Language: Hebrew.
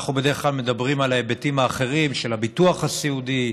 אנחנו בדרך כלל מדברים על ההיבטים האחרים של הביטוח הסיעודי,